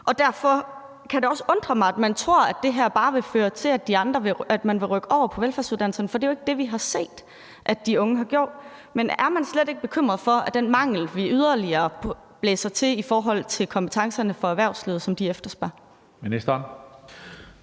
Derfor kan det også undre mig, at man tror, at det her bare vil føre til, at man vil rykke over på velfærdsuddannelserne, for det er jo ikke det, vi har set de unge har gjort. Men er man slet ikke bekymret for, at vi yderligere skubber til den mangel på kompetencer, som erhvervslivet efterspørger?